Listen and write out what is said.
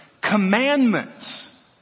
commandments